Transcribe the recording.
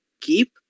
Keep